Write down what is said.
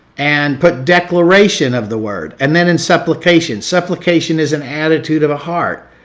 and put declaration of the word. and then in supplication. supplication is an attitude of a heart.